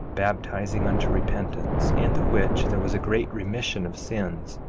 baptizing unto repentance, in the which there was a great remission of sins.